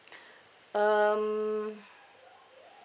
um